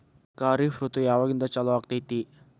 ಖಾರಿಫ್ ಋತು ಯಾವಾಗಿಂದ ಚಾಲು ಆಗ್ತೈತಿ?